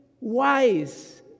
wise